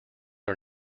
are